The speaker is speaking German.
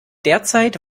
derzeit